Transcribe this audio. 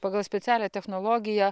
pagal specialią technologiją